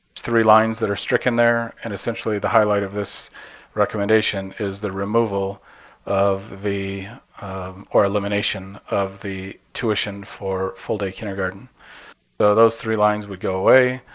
three lines that are stricken there, and essentially the highlight of this recommendation is the removal of the or elimination of the tuition for full-day kindergarten. so those three lines would go away.